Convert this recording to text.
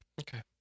Okay